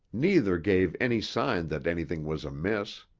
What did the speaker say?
neither gave any sign that anything was amiss.